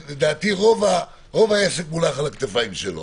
שלדעתי, רוב העסק מונח על כתפיו.